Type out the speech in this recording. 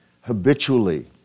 habitually